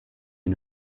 and